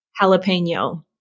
jalapeno